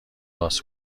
باز